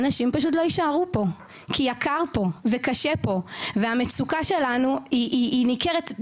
אנשים פשוט לא יישארו פה כי יקר פה וקשה פה והמצוקה שלנו היא ניכרת,